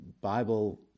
Bible